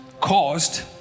caused